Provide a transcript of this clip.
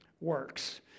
works